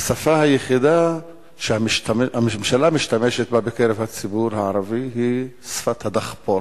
השפה היחידה שהממשלה משתמשת בה בקרב הציבור הערבי היא שפת הדחפור.